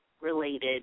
related